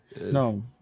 no